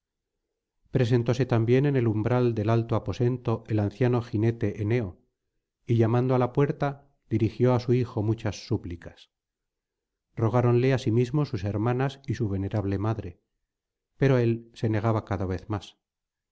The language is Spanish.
presentóse también en el umbral del alto aposento el anciano jinete éneo y llamando á la puerta dirigió á su hijo muchas súplicas rogáronle asimismo sus hermanas y su venerable madre pero él se negaba cada vez más